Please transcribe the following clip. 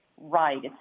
right